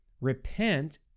repent